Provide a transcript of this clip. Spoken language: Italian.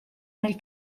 nel